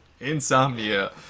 Insomnia